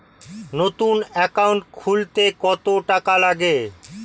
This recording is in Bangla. নতুন একাউন্ট খুলতে কত টাকা লাগে?